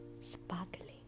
sparkling